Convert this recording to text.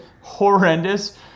Horrendous